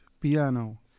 piano